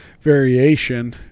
variation